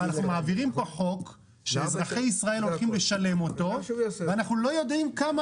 אנחנו מעבירים כאן חוק שאזרחי ישראל הולכים לשלם אותו ואנחנו יודעים כמה